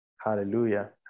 Hallelujah